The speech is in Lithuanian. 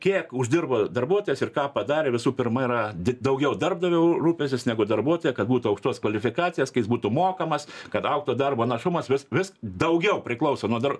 kiek uždirba darbuotojas ir ką padarė visų pirma yra daugiau darbdavio rūpestis negu darbuotojo kad būtų aukštos kvalifikacijos ka jis būtų mokamas kad augtų darbo našumas vis vis daugiau priklauso nuo dar